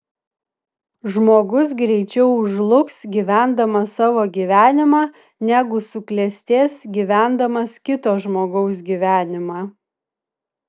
žmogus greičiau žlugs gyvendamas savo gyvenimą negu suklestės gyvendamas kito žmogaus gyvenimą